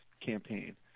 campaign